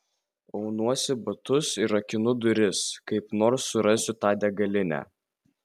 aunuosi batus ir rakinu duris kaip nors surasiu tą degalinę